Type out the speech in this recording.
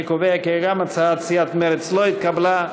אני קובע כי גם הצעת סיעת מרצ לא התקבלה.